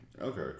Okay